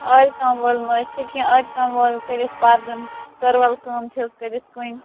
آرِ کٲم وٲلۍ ما چھِ کیٚنٛہہ آرِ کٲم وٲلۍ کٔر اَسہِ پَردَن کٔروَل کٲم چھَ حظ کٔرِتھ کُنہِ